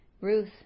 Ruth